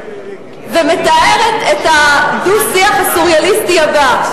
ומתארת את הדו-שיח הסוריאליסטי הבא.